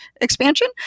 expansion